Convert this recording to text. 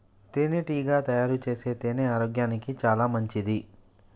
తేనెటీగ తయారుచేసే తేనె ఆరోగ్యానికి చాలా మంచిది